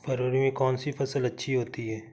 फरवरी में कौन सी फ़सल अच्छी होती है?